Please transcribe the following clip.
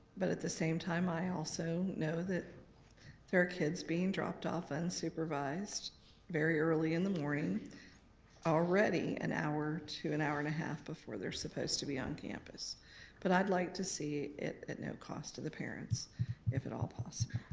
but at the same time, i also know that there are kids being dropped off unsupervised very early in the morning already an hour to an hour and a half before they're supposed to be on campus but i'd like to see it at no cost to the parents if at all possible.